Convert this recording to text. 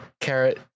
Carrot